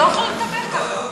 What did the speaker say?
שקט, די כבר.